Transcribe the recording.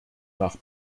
nach